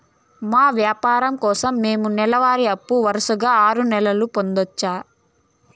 మా వ్యాపారం కోసం మేము నెల వారి అప్పు వరుసగా ఆరు నెలలు పొందొచ్చా?